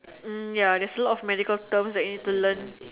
mm ya there's a lot of medical terms you need to learn